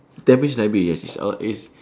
tampines library yes is our is